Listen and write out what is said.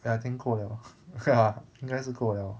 and I think ko 了啊应该是够了